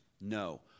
No